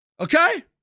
Okay